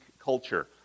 culture